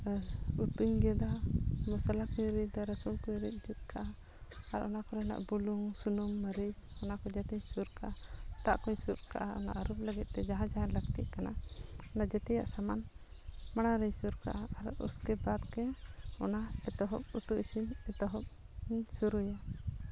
ᱩᱛᱩᱧ ᱜᱮᱫᱟ ᱢᱚᱥᱠᱟ ᱠᱚᱧ ᱨᱤᱫᱟ ᱨᱟᱹᱥᱩᱱ ᱠᱚᱧ ᱨᱤᱫᱽ ᱡᱩᱫ ᱠᱟᱜᱼᱟ ᱟᱨ ᱚᱱᱟ ᱠᱚ ᱨᱮᱱᱟᱜ ᱵᱩᱞᱩᱝ ᱥᱩᱱᱩᱢ ᱢᱟᱹᱨᱤᱪ ᱚᱱᱟ ᱠᱚ ᱡᱮᱛᱮᱧ ᱥᱩᱨ ᱠᱟᱜᱼᱟ ᱫᱟᱜ ᱠᱚᱧ ᱥᱩᱨ ᱠᱟᱜᱼᱟ ᱚᱱᱟ ᱟᱹᱨᱩᱵ ᱞᱟᱹᱜᱤᱫ ᱛᱮ ᱡᱟᱦᱟᱸ ᱞᱟᱹᱠᱛᱤᱜ ᱠᱟᱱᱟ ᱚᱱᱟ ᱡᱮᱛᱮᱭᱟᱜ ᱥᱟᱢᱟᱱ ᱢᱟᱲᱟᱝ ᱨᱮᱧ ᱥᱩᱨ ᱠᱟᱜᱟ ᱟᱨ ᱩᱥᱠᱮ ᱵᱟᱫᱽ ᱜᱮ ᱚᱱᱟ ᱮᱛᱚᱦᱚᱵ ᱩᱛᱩ ᱤᱥᱤᱱ ᱮᱛᱚᱦᱚᱵ ᱤᱧ ᱥᱩᱨᱩᱭᱟ